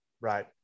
Right